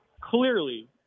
clearly